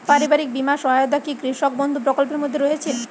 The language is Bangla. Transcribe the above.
পারিবারিক বীমা সহায়তা কি কৃষক বন্ধু প্রকল্পের মধ্যে রয়েছে?